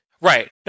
Right